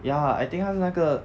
ya I think 他是那个